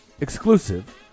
exclusive